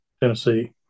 Tennessee